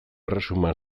erresuman